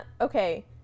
Okay